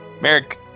Merrick